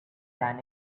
than